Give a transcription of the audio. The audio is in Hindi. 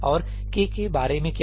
और ' k के बारे में क्या